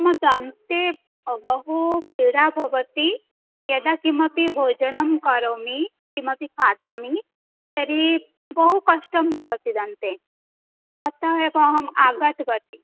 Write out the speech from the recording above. मम दन्ते बहु पीड़ा भवति यदा किमपि भोजनं करोमि किमपि खादामि तर्हि बहुकष्टं भवति दन्ते अतः एव अहम् आगतवती